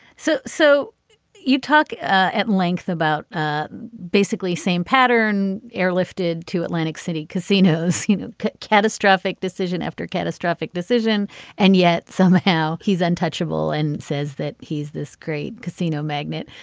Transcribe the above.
so so you talk at length about ah basically same pattern airlifted to atlantic city casinos seen a catastrophic decision after a catastrophic decision and yet somehow he's untouchable and says that he's this great casino magnet.